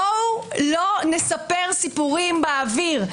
בואו לא נספר סיפורים באוויר.